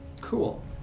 Cool